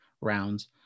rounds